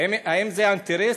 האם זה האינטרס?